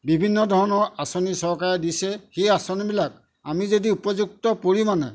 বিভিন্ন ধৰণৰ আঁচনি চৰকাৰে দিছে সেই আঁচনিবিলাক আমি যদি উপযুক্ত পৰিমাণে